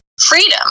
freedom